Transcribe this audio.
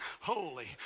holy